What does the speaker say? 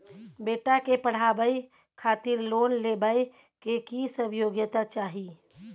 बेटा के पढाबै खातिर लोन लेबै के की सब योग्यता चाही?